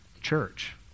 church